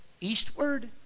eastward